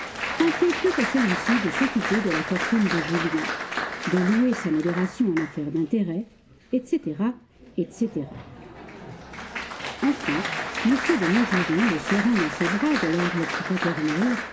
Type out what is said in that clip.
quand il plut à celui-ci de s'occuper de la fortune de julien de louer sa modération en affaires d'intérêt etc etc enfin m de maugiron le serrant dans ses bras de l'air le plus paterne